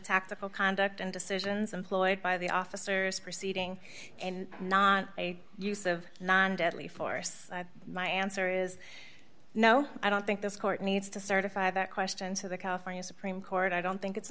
tactical conduct and decisions employed by the officers proceeding and not by use of non deadly force my answer is no i don't think this court needs to certify that question to the california supreme court i don't think it's